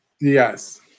Yes